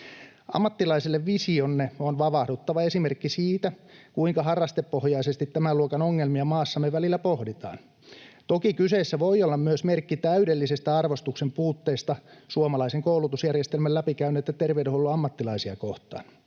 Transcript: Ammattilaiselle visionne on vavahduttava esimerkki siitä, kuinka harrastepohjaisesti tämän luokan ongelmia maassamme välillä pohditaan. Toki kyseessä voi olla myös merkki täydellisestä arvostuksen puutteesta suomalaisen koulutusjärjestelmän läpikäyneiltä terveydenhuollon ammattilaisia kohtaan.